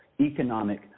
economic